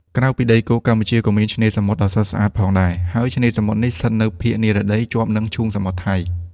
ក្រៅពីដីគោក កម្ពុជាក៏មានឆ្នេរសមុទ្រដ៏ស្រស់ស្អាតផងដែរ ហើយឆ្នេរសមុទ្រនេះស្ថិតនៅភាគនិរតីជាប់នឹង ឈូងសមុទ្រថៃ។